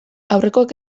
aurrekoek